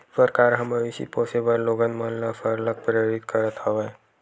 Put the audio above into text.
सरकार ह मवेशी पोसे बर लोगन मन ल सरलग प्रेरित करत हवय